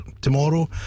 tomorrow